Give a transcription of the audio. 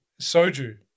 Soju